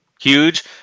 Huge